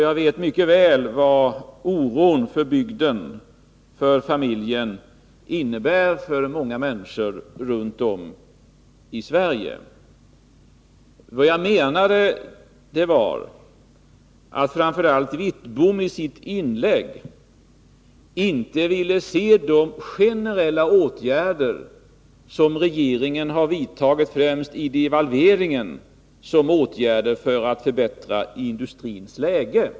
Jag vet mycket väl vad oron för bygden och för familjen innebär för många människor runt om i Sverige. Vad jag menade var att framför allt Bengt Wittbom inte ville se de generella åtgärder som regeringen har vidtagit, främst devalveringen, som insatser för att förbättra industrins läge.